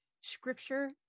scripture